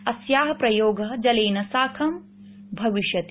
अस्या प्रयोग जलेन साकं भविष्यति